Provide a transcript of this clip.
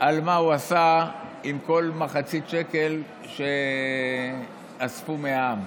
על מה הוא עשה עם כל מחצית שקל שאספו מהעם.